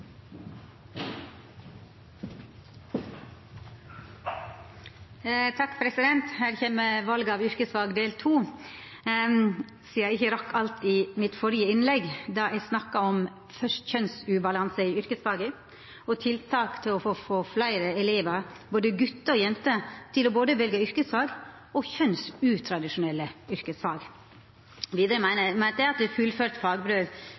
kjem val av yrkesfag del 2, sidan eg ikkje rakk alt i mitt førre innlegg då eg snakka om kjønnsubalanse i yrkesfaga og tiltak for å få fleire elevar, både gutar og jenter, til å velja både yrkesfag og kjønnsutradisjonelle yrkesfag. Vidare meinte eg at fullført